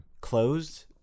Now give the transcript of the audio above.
closed